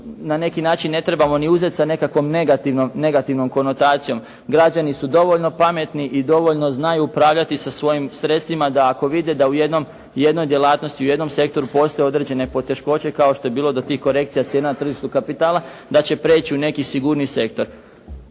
na neki način ne trebamo ni uzeti sa nekakvom negativnom konotacijom. Građani su dovoljno pametni i dovoljno znaju upravljati sa svojim sredstvima da ako vide da u jednoj djelatnosti, u jednom sektoru postoje određene poteškoće kao što je bilo do tih korekcija cijena na tržištu kapitala da će prijeći u neki sigurniji sektor.